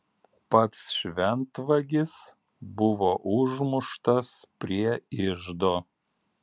pats šventvagis buvo užmuštas prie iždo